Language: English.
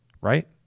right